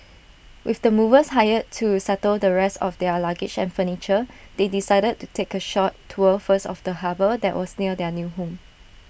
with the movers hired to settle the rest of their luggage and furniture they decided to take A short tour first of the harbour that was near their new home